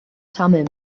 thummim